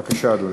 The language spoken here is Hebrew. בבקשה, אדוני.